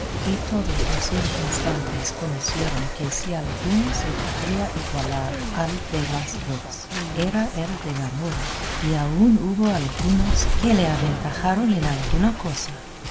y todos los circustantes conocieron que si alguno se podría igualar al de las dos era el de la mora y aun hubo algunos que le aventajaron en alguna cosa